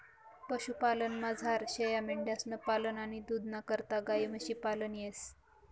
पशुपालनमझार शेयामेंढ्यांसनं पालन आणि दूधना करता गायी म्हशी पालन येस